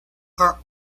are